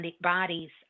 bodies